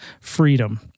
freedom